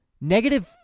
Negative